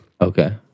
okay